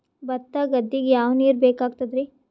ಭತ್ತ ಗದ್ದಿಗ ಯಾವ ನೀರ್ ಬೇಕಾಗತದರೀ?